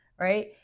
right